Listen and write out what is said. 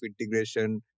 integration